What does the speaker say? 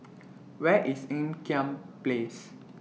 Where IS Ean Kiam Place